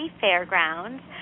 Fairgrounds